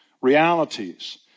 realities